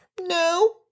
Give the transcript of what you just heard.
No